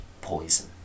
poison